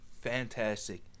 fantastic